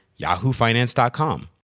yahoofinance.com